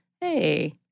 hey—